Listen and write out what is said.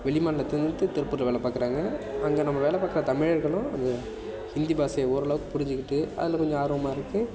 வெளி மாநிலத்திலருந்து திருப்பூரில் வேலை பார்க்குறாங்க அங்கே நம்ப வேலை பார்க்குற தமிழர்களும் அது ஹிந்தி பாஷை ஓரளவுக்கு புரிஞ்சிக்கிட்டு அதில் கொஞ்சம் ஆர்வமாக இருக்கு